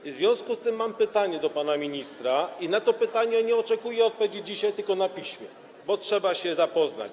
I w związku z tym mam pytanie do pana ministra i na to pytanie nie oczekuję odpowiedzi dzisiaj, tylko na piśmie, bo trzeba się zapoznać.